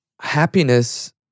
Happiness